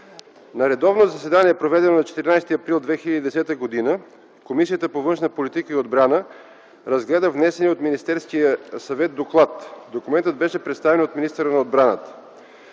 На редовно заседание, проведено на 14 април 2010 г., Комисията по външна политика и отбрана разгледа внесения от Министерски съвет доклад. Документът беше представен от министъра на отбраната.